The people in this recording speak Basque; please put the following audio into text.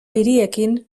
hiriekin